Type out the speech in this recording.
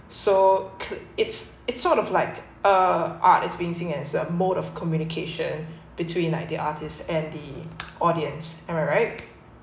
so it's it's sort of like a art experiencing as a mode of communication between like the artists and the audience am I right